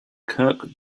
kirk